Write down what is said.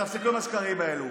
תפסיקו עם השקרים האלה.